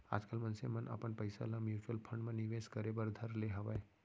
आजकल मनसे मन अपन पइसा ल म्युचुअल फंड म निवेस करे बर धर ले हवय